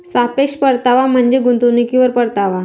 सापेक्ष परतावा म्हणजे गुंतवणुकीवर परतावा